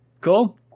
cool